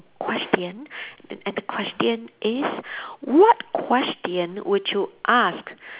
question and the question is what question would you ask